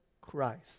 Christ